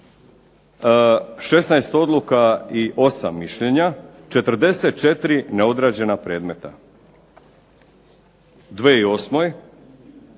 16 odluka i 8 mišljenja 44 neodrađena predmeta.